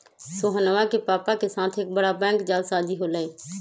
सोहनवा के पापा के साथ एक बड़ा बैंक जालसाजी हो लय